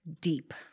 deep